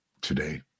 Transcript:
today